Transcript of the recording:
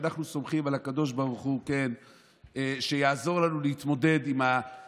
אנחנו סומכים על הקדוש ברוך הוא שיעזור לנו להתמודד עם הסיטואציה,